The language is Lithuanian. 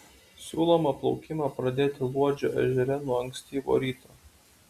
siūloma plaukimą pradėti luodžio ežere nuo ankstyvo ryto